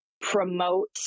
promote